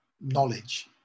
knowledge